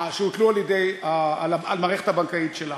שהוטלו על המערכת הבנקאית שלה.